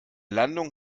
landung